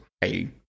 hey